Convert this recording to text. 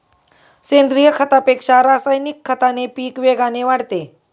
सेंद्रीय खतापेक्षा रासायनिक खताने पीक वेगाने वाढते